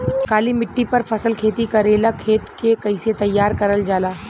काली मिट्टी पर फसल खेती करेला खेत के कइसे तैयार करल जाला?